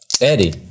Eddie